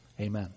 amen